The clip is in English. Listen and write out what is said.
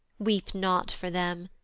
weep not for them,